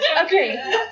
Okay